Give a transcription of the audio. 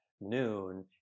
noon